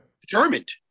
determined